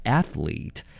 athlete